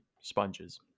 sponges